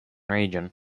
region